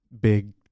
big